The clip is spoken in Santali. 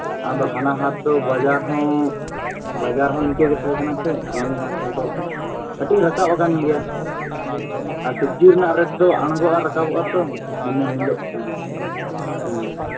ᱟᱫᱚ ᱦᱟᱱᱟ ᱦᱟᱴ ᱫᱚ ᱵᱟᱡᱟᱨ ᱦᱚᱸ ᱵᱟᱡᱟᱨ ᱦᱚᱸ ᱤᱱᱠᱟᱹ ᱜᱮ ᱛᱟᱦᱮᱸ ᱠᱟᱱᱟ ᱥᱮ ᱟᱨ ᱱᱤᱭᱟᱹ ᱦᱟᱴ ᱨᱮᱫᱚ ᱠᱟᱹᱴᱤᱡ ᱨᱟᱠᱟᱵ ᱟᱠᱟᱱ ᱜᱮᱭᱟ ᱟᱨ ᱥᱚᱵᱡᱤ ᱨᱮᱱᱟᱜ ᱨᱮᱴ ᱫᱚ ᱟᱬᱜᱚ ᱟᱨ ᱨᱟᱠᱟᱵᱚᱜᱼᱟ ᱛᱚ ᱫᱤᱱᱟᱹᱢ ᱦᱤᱞᱳᱜ ᱦᱮᱸ ᱦᱩᱸ